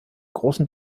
großen